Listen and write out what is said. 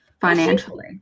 financially